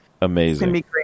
amazing